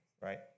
right